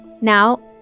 Now